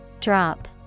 Drop